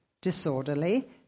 disorderly